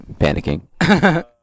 panicking